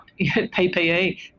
PPE